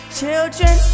children